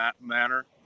manner